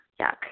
Yuck